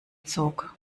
zog